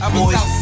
boys